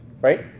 right